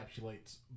encapsulates